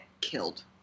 killed